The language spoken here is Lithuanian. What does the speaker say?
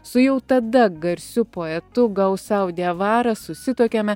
su jau tada garsiu poetu gausiau diavara susituokėme